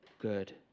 good